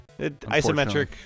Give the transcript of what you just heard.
Isometric